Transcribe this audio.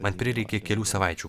man prireikė kelių savaičių